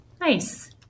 Nice